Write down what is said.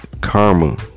karma